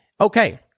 Okay